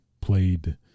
played